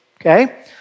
Okay